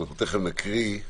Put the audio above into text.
תיכף נקרא,